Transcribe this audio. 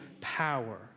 power